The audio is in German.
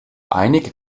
einig